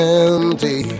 empty